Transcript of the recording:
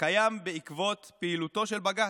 קיים בעקבות פעילותו של בג"ץ.